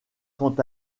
quant